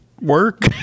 work